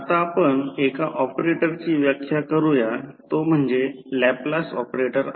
आता आपण एका ऑपरेटरची व्याख्या करूया तो म्हणजे लॅपलास ऑपरेटर आहे